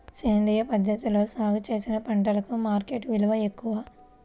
సేంద్రియ పద్ధతిలో సాగు చేసిన పంటలకు మార్కెట్ విలువ ఎక్కువ